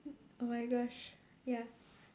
oh my gosh ya